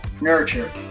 nurture